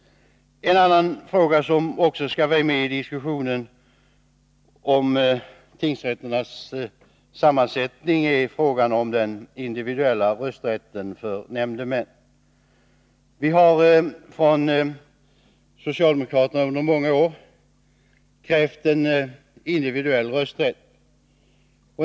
En annan fråga som också skall vara med i diskussionen om tingsrätternas sammansättning är frågan om den individuella rösträtten för nämndemän. Vi har från socialdemokraterna under många år krävt individuell rösträtt.